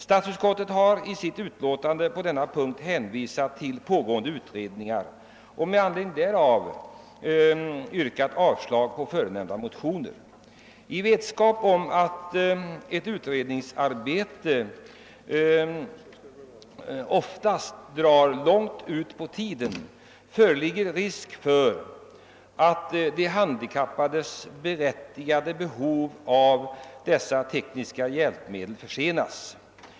Statsutskottet har på denna punkt i sitt utlåtande hänvisat till pågående utredning och har med anledning därav yrkat avslag på motionerna. Med hänsyn till att ett utredningsarbete oftast drar långt ut på tiden föreligger risk för att tillgodoseendet av de handikappades berättigade behov av tekniska hjälpmedel försenas.